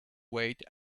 wait